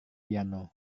piano